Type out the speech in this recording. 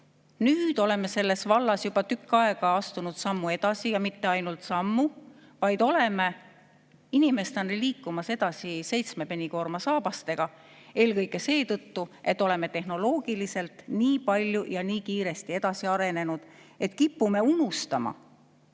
Nüüd oleme selles vallas juba tükk aega astunud sammu edasi, ja mitte ainult sammu, vaid oleme edasi liikumas seitsmepenikoormasaabastega, eelkõige seetõttu, et me oleme tehnoloogiliselt nii palju ja nii kiiresti edasi arenenud, et kipume unustama